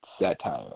satire